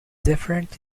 different